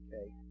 Okay